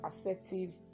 assertive